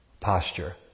posture